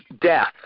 death